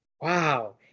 wow